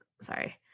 sorry